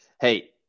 Hey